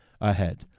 ahead